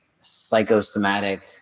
psychosomatic